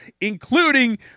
including